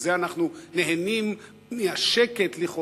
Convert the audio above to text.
אנחנו נהנים מהשקט, לכאורה.